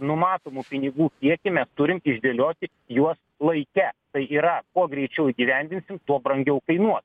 numatomų pinigų kiekį mes turim išdėlioti juos laike tai yra kuo greičiau įgyvendinsim tuo brangiau kainuos